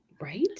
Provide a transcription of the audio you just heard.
right